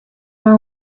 our